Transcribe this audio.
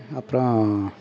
அப்புறம்